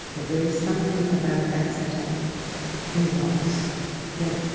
that there is something about that setup in the box that,